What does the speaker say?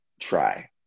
try